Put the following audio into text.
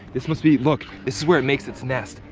this must be, look, this is where it makes its nest.